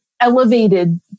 elevated